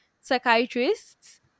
Psychiatrists